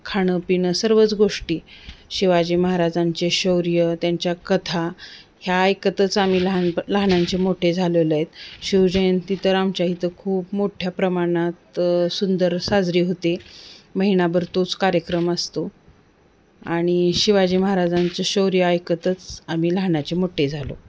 खाणंपिणं सर्वच गोष्टी शिवाजी महाराजांचे शौर्य त्यांच्या कथा ह्या ऐकतच आम्ही लहानप लहानाचे मोठे झालेलो आहेत शिवजयंती तर आमच्या इथं खूप मोठ्या प्रमाणात सुंदर साजरी होते महिनाभर तोच कार्यक्रम असतो आणि शिवाजी महाराजांचं शौर्य ऐकतच आम्ही लहानाचे मोठ्ठे झालो